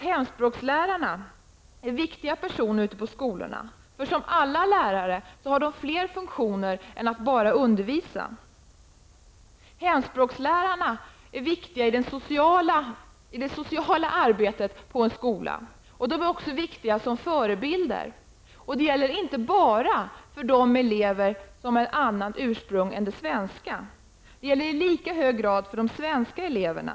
Hemspråkslärarna är viktiga personer ute på skolorna. De har som alla lärare fler funktioner än att bara undervisa. Hemspråkslärarna är viktiga i det sociala arbetet på en skola. De är också viktiga som förebilder inte bara för elever med annat ursprung än det svenska, utan i lika hög grad för de svenska eleverna.